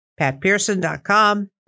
patpearson.com